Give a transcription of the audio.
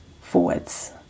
forwards